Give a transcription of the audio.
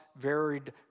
varied